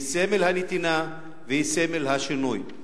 סמל הנתינה וסמל השינוי.